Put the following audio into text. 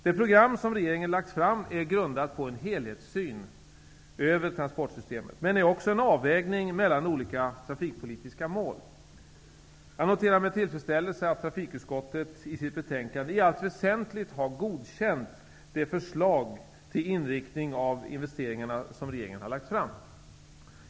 Det program som regeringen har lagt fram är grundat på en helhetssyn över transportsystemet, men är också en avvägning mellan olika trafikpolitiska mål. Jag noterar med tillfredsställelse att trafikutskottet i sitt betänkande i allt väsentligt har godkänt det förslag till inriktning av investeringarna som regeringen har lagt fram.